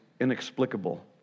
inexplicable